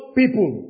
people